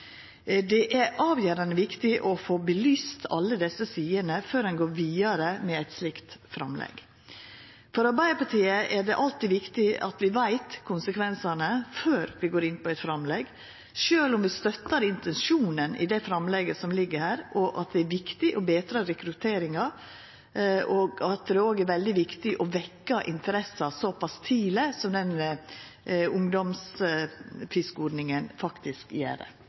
Det er avgjerande viktig å få belyst alle desse sidene, før ein går vidare med eit slikt framlegg. For Arbeidarpartiet er det alltid viktig at vi veit konsekvensane, før vi går inn på eit framlegg, sjølv om vi støttar intensjonen i det framlegget som ligg føre, om at det er viktig å betra rekrutteringa og vekkja interessa såpass tidleg som det